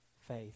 faith